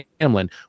Hamlin